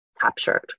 captured